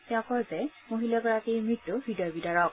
তেওঁ কয় যে মহিলাগৰাকীৰ মৃত্যু হৃদয়বিদাৰক